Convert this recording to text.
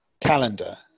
calendar